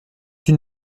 une